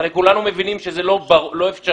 הרי כולנו מבינים שזה לא אפשרי